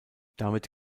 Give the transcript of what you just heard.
damit